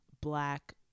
black